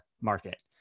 market